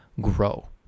grow